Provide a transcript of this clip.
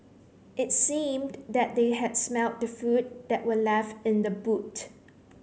it seemed that they had smelt the food that were left in the boot